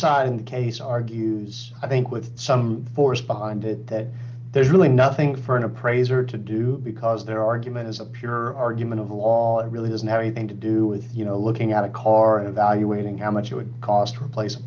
side in case argues i think with some force behind it that there's really nothing for an appraiser to do because their argument is a pure argument of law it really isn't having to do with you know looking at a car and evaluating how much it would cost to replace